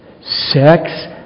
Sex